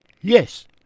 Yes